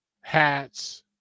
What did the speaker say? hats